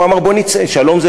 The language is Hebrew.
הוא אמר: בואו נצא,